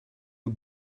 nhw